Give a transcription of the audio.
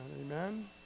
Amen